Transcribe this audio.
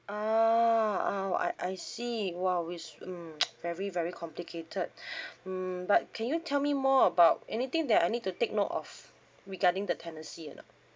ah oh I I see !wow! which mm very very complicated hmm but can you tell me more about anything that I need to take note of regarding the tenancy you know